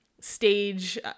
stage